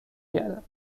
گردم